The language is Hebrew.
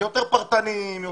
יותר פרטניים,